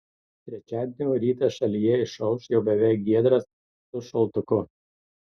trečiadienio rytas šalyje išauš jau beveik giedras su šaltuku